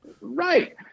Right